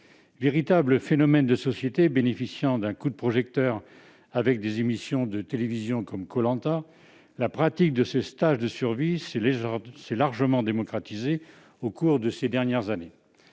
Véritable phénomène de société, bénéficiant d'un coup de projecteur avec des émissions de télévision comme, la pratique des stages de survie s'est largement démocratisée au cours de ces dernières années.